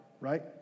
right